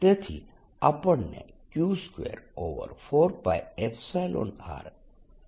તેથી આપણને Q24π0R 34 14154πR3Q મળશે